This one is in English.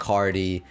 Cardi